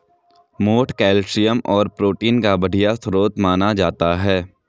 मोठ कैल्शियम और प्रोटीन का बढ़िया स्रोत माना जाता है